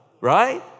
right